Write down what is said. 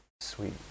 sweet